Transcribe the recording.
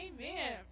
Amen